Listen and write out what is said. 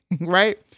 right